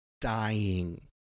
dying